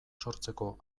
sortzeko